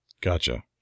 gotcha